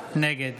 נגד